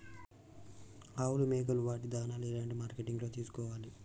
ఆవులు మేకలు వాటి దాణాలు ఎలాంటి మార్కెటింగ్ లో తీసుకోవాలి?